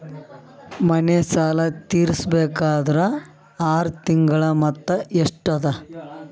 ಮನೆ ಸಾಲ ತೀರಸಬೇಕಾದರ್ ಆರ ತಿಂಗಳ ಮೊತ್ತ ಎಷ್ಟ ಅದ?